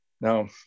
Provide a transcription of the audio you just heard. Now